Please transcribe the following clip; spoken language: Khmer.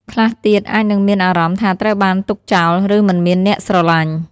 ខ្លះទៀតអាចនឹងមានអារម្មណ៍ថាត្រូវបានទុកចោល ឬមិនមានអ្នកស្រឡាញ់។